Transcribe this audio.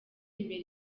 imbere